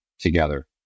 together